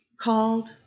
called